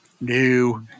New